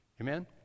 Amen